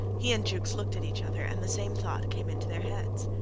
he and jukes looked at each other, and the same thought came into their heads.